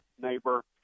neighbor